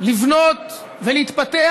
לבנות ולהתפתח,